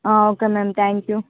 okay ma'am thank you